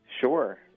Sure